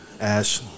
Ash